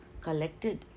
collected